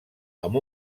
amb